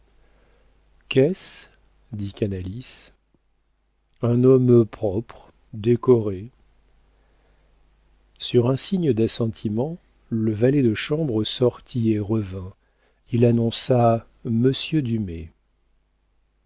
qu'est-ce dit canalis un homme propre décoré sur un signe d'assentiment le valet de chambre sortit et revint il annonça